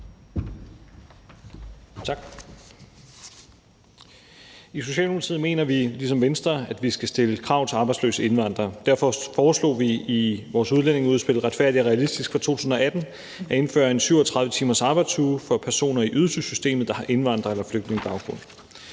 I Socialdemokratiet mener vi ligesom Venstre, at vi skal stille krav til arbejdsløse indvandrere. Derfor foreslog vi i vores udlændingeudspil »Retfærdig og realistisk« fra 2018 at indføre en 37 timers arbejdsuge for personer i ydelsessystemet, der har indvandrer- eller flygtningebaggrund.